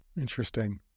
Interesting